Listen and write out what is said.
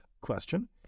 question